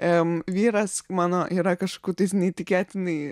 em vyras mano yra kažku neįtikėtinai